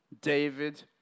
David